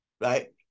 right